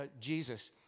Jesus